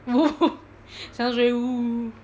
!woo! hoo sounds very !woo! !woo!